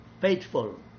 faithful